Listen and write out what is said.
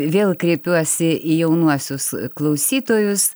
vėl kreipiuosi į jaunuosius klausytojus